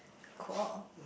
cool